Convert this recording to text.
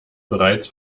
bereits